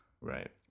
Right